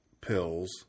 pills